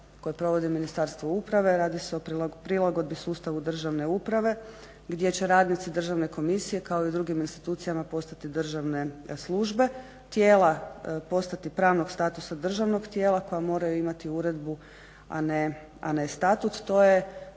koje provodi Ministarstvo uprave. Radi se o prilagodbi sustavu državne uprave gdje će radnici Državne komisije kao i u drugim institucijama postati državne službe. Tijela postati pravnog statusa državnog tijela koja moraju imati uredbu, a ne statut.